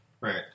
Right